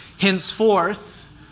Henceforth